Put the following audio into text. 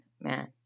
Man